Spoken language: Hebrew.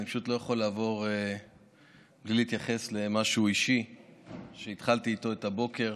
אני פשוט לא יכול לעבור בלי להתייחס למשהו אישי שהתחלתי איתו את הבוקר.